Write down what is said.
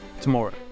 tomorrow